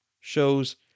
shows